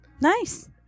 Nice